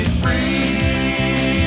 free